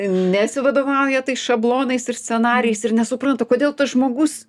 nesivadovauja tais šablonais ir scenarijais ir nesupranta kodėl tas žmogus